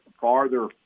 farther